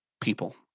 people